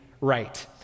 right